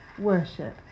worship